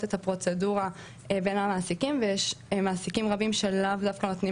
את כל הפרוצדורה בין המעסיקים וישנם מעסיקים רבים שלאו דווקא נותנים